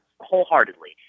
wholeheartedly